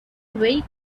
very